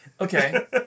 okay